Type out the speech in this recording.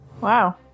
Wow